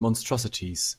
monstrosities